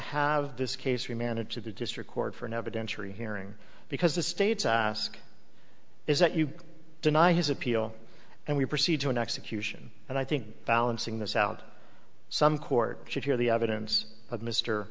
have this case remanded to the district court for an evidentiary hearing because the states i ask is that you deny his appeal and we proceed to an execution and i think balancing this out some court should hear the evidence of mr